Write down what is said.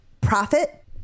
Profit